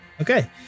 Okay